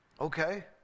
Okay